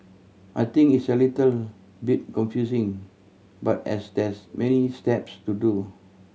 I think it's a little bit confusing but as there's many steps to do